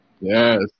Yes